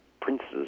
princes